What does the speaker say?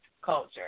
culture